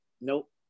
Nope